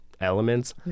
elements